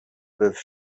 peuvent